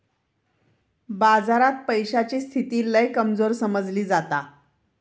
बाजारात पैशाची स्थिती लय कमजोर समजली जाता